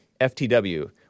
FTW